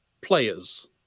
players